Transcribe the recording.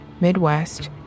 Midwest